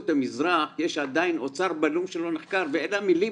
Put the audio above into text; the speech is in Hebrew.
המזרח יש עדיין אוצר בלום שלא נחקר ואלה המילים